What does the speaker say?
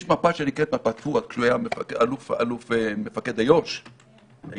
יש מפה שנקראת מפת ---, האלוף מפקד איו"ש העיר,